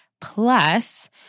Plus